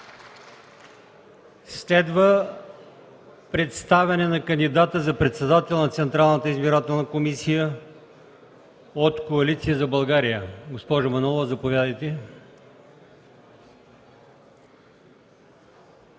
Следва представяне на кандидата за председател на Централната избирателна комисия от Коалиция за България. Заповядайте,